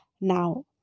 Now